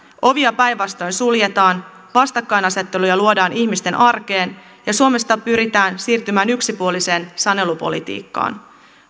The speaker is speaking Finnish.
ovia päinvastoin suljetaan vastakkainasetteluja luodaan ihmisten arkeen ja suomessa pyritään siirtymään yksipuoliseen sanelupolitiikkaan